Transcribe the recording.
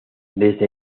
desde